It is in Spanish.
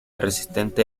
resistente